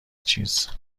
چیز